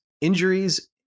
injuries